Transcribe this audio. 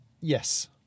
Yes